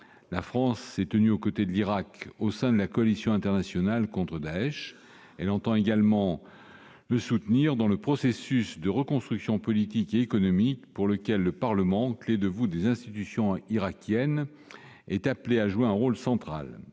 La France s'est tenue aux côtés de l'Irak au sein de la coalition internationale contre Daech. Elle entend également le soutenir dans le processus de reconstruction politique et économique pour lequel le Parlement, clé de voûte des institutions irakiennes, est appelé à jouer un rôle central.